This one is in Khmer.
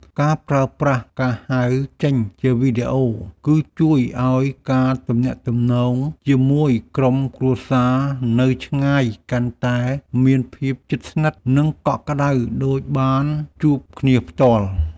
ការប្រើប្រាស់ការហៅចេញជាវីដេអូ គឺជួយឱ្យការទំនាក់ទំនងជាមួយក្រុមគ្រួសារនៅឆ្ងាយកាន់តែមានភាពជិតស្និទ្ធ និងកក់ក្ដៅដូចបានជួបគ្នាផ្ទាល់។